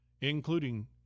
including